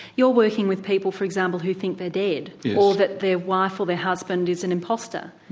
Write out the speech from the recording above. you're working with people for example who think they're dead, or that their wife or their husband is an impostor.